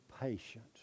patience